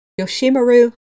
Yoshimaru